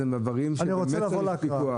אלה דברים שבאמת צריך בהם פיקוח,